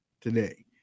today